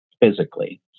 physically